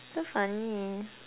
so funny